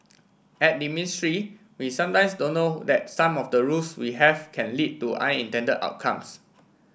at the ministry we sometimes don't know that some of the rules we have can lead to unintended outcomes